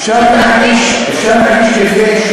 אפשר להגיש כתבי-אישום,